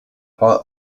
part